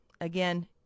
again